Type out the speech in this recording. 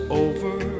over